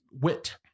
wit